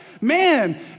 man